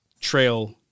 trail